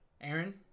Aaron